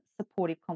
supportive